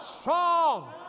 strong